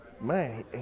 man